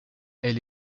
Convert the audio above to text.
elle